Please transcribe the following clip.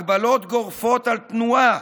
הגבלות גורפות על תנועה,